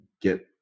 get